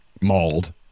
mauled